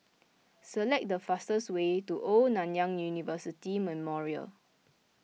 select the fastest way to Old Nanyang University Memorial